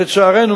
לצערנו,